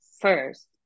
first